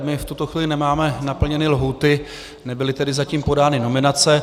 My v tuto chvíli nemáme naplněné lhůty, nebyly tedy zatím podány nominace.